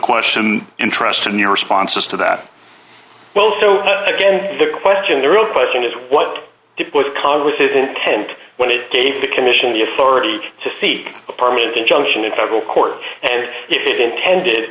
question and trust in your responses to that well so again the question the real question is what was congress intent when it gave the commission the authority to see a permanent injunction in federal court and if it intended